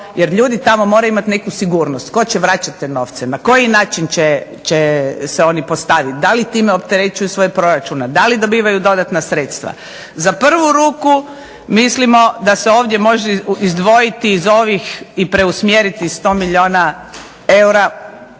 ljudi moraju imati neku sigurnost, tko će vraćati te novce, na koji način će se oni postaviti, da li time opterećuju svoje proračune, da li dobivaju dodatna sredstva. Za prvu ruku mislimo da se može izdvojiti iz ovih i preusmjeriti 100 milijuna eura